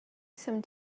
some